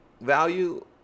value